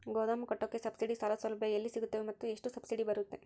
ಗೋದಾಮು ಕಟ್ಟೋಕೆ ಸಬ್ಸಿಡಿ ಸಾಲ ಸೌಲಭ್ಯ ಎಲ್ಲಿ ಸಿಗುತ್ತವೆ ಮತ್ತು ಎಷ್ಟು ಸಬ್ಸಿಡಿ ಬರುತ್ತೆ?